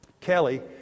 Kelly